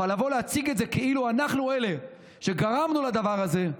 אבל להציג את זה כאילו אנחנו אלה שגרמנו לדבר הזה,